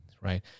right